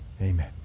Amen